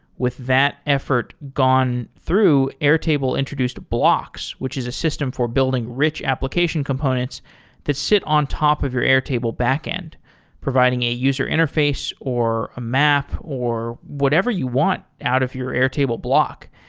with that effort gone through, airtable introduced blocks, which is a system for building rich application components that sit on top of your airtable backend providing a user interface or a map or whatever you want out of your airtable block.